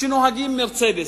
שנוהגים ב"מרצדס".